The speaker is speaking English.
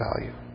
value